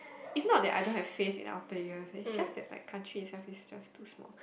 it's not that I don't have faith in our players it's just that like country itself is just too small